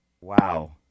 Wow